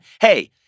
Hey